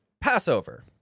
Passover